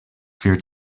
fear